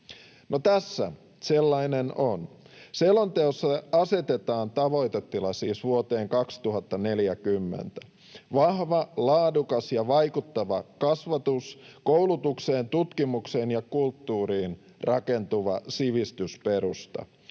tässä sellainen on. Selonteossa asetetaan tavoitetila siis vuoteen 2040: vahva, laadukas ja vaikuttava kasvatus, koulutukselle, tutkimukselle ja kulttuurille rakentuva sivistysperusta,